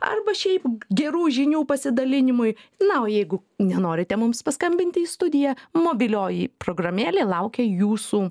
arba šiaip gerų žinių pasidalinimui na o jeigu nenorite mums paskambinti į studiją mobilioji programėlė laukia jūsų